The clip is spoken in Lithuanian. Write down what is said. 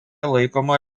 laikoma